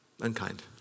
unkind